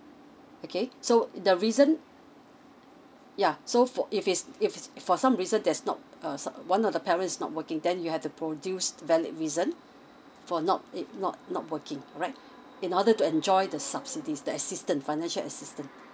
okay so the reason yeah so for if it's if it's for some reason there's not err some err one of the parents is not working then you have to produce valid reason for not it not not working alright in order to enjoy the subsidies the assistance financial assistance